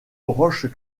roches